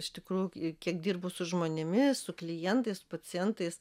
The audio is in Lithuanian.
iš tikrųjų kiek dirbu su žmonėmis su klientais pacientais